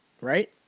right